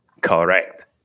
Correct